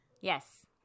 Yes